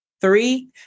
Three